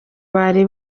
bari